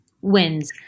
Wins